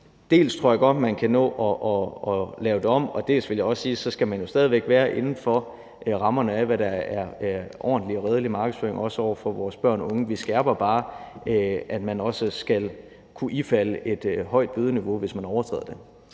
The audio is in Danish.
Dels tror jeg godt, man kan nå at lave det om, dels vil jeg også sige, at så skal man jo stadig væk være inden for rammerne af, hvad der er ordentlig og redelig markedsføring, også over for vores børn og unge. Vi skærper det bare, i forhold til at man også skal kunne ifalde en høj bøde, hvis man overtræder det.